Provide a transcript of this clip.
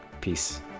Peace